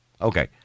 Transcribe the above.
okay